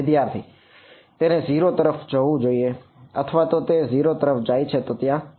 વિદ્યાર્થી તેને 0 તરફ જવું જોઈએ અથવા તે 0 તરફ જાય છે તો ત્યાં સમસ્યા છે